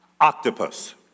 octopus